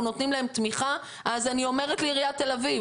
נותנים להם תמיכה' אז אני אומרת לעירית תל אביב,